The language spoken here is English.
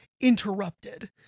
interrupted